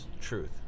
truth